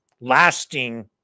lasting